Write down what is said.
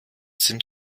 sind